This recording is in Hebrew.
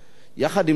יחד עם זאת,